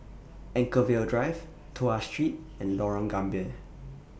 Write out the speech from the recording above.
Anchorvale Drive Tuas Street and Lorong Gambir